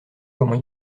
comment